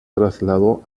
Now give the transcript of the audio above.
trasladó